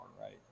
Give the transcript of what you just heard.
right